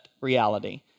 reality